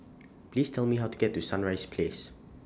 Please Tell Me How to get to Sunrise Place